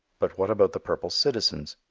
but what about the purple citizens?